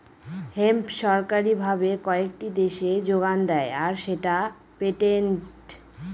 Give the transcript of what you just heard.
hemp সরকারি ভাবে কয়েকটি দেশে যোগান দেয় আর সেটা পেটেন্টেড